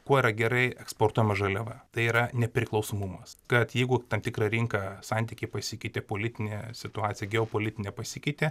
kuo yra gerai eksportuojama žaliava tai yra nepriklausomumas kad jeigu tam tikrą rinką santykiai pasikeitė politinė situacija geopolitinė pasikeitė